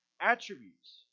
attributes